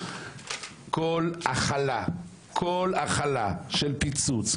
כל הכלה של פיצוץ,